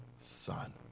son